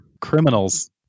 Criminals